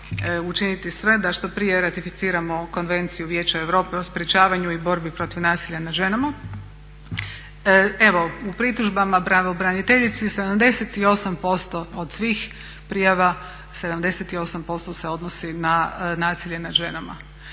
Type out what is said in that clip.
učiniti sve da što prije ratificiramo konvenciju Vijeća europe o sprječavanju i borbi protiv nasilja nad ženama. Evo u pritužbama pravobraniteljici 78% od svih prijava, 78% se odnosi na nasilje nad ženama,